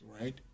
right